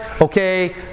Okay